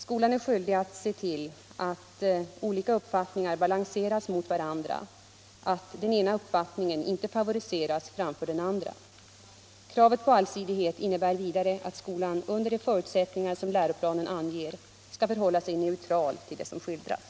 Skolan är skyldig att se till att olika uppfattningar balanseras mot varandra, att den ena uppfattningen inte favoriseras framför den andra. Kravet på allsidighet innebär vidare att skolan under de förutsättningar som läroplanen anger skall förhålla sig neutral till det som skildras.